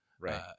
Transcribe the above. Right